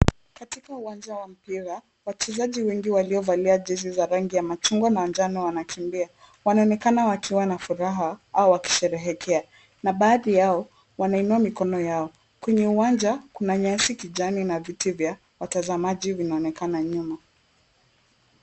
Katika uwanja wa mpira, wachezaji wengi waliovalia jezi za rangi ya machungwa na njano wanakimbia. Wanaonekana wakiwa na furaha au wakisherehekea na baadhi yao wanainua mikono yao. Kwenye uwanja kuna nyasi kijani ni viti vya watazamaji vinaonekana nyuma.